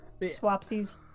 swapsies